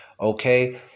Okay